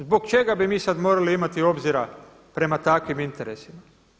Zbog čega bi mi sada morali imati obzira prema takvim interesima?